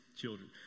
children